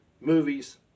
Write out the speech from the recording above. movies